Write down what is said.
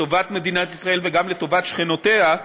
לטובת מדינת ישראל וגם לטובת שכנותיה,